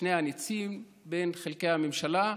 שני הניצים, בין שני חלקי הממשלה,